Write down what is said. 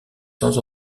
sans